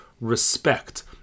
respect